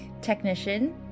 technician